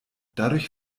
dadurch